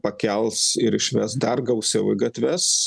pakels ir išves dar gausiau į gatves